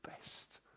best